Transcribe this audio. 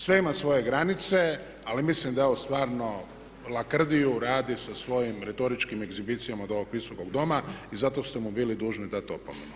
Sve ima svoje granice ali mislim da je ovo stvarno lakrdiju radi sa svojim retoričkim egzibicijama od ovog Visokog doma i zato ste mu bili dužni dati opomenu.